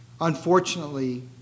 Unfortunately